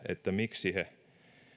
miksi he